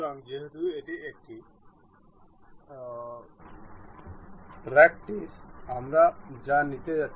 আমি একটি মান নির্ধারণ করছি